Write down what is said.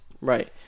Right